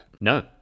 No